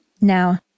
Now